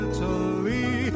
Italy